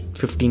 15